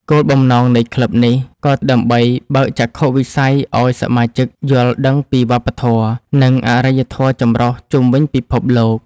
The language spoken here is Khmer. គោលបំណងនៃក្លឹបនេះ ក៏ដើម្បីបើកចក្ខុវិស័យឱ្យសមាជិកយល់ដឹងពីវប្បធម៌ និងអរិយធម៌ចម្រុះជុំវិញពិភពលោក។